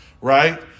right